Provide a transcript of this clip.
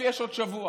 יש עוד שבוע,